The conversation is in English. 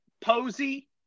Posey